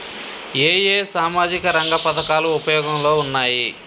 ఏ ఏ సామాజిక రంగ పథకాలు ఉపయోగంలో ఉన్నాయి?